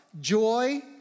joy